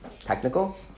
technical